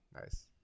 Nice